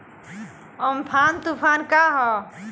Amphan तुफान का ह?